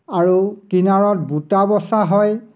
আৰু কিনাৰত বুটা বছা হয়